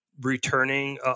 returning